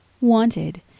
wanted